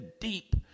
deep